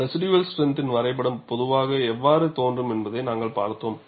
residual ஸ்ட்ரெந்தின் வரைபடம் பொதுவாக எவ்வாறு தோன்றும் என்பதை நாங்கள் பார்த்தோம்